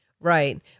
Right